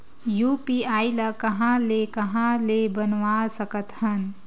UPI ल कहां ले कहां ले बनवा सकत हन?